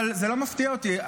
אבל זה לא מפתיע אותי.